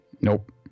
Nope